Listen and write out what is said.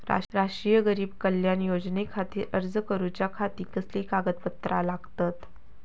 राष्ट्रीय गरीब कल्याण योजनेखातीर अर्ज करूच्या खाती कसली कागदपत्रा लागतत?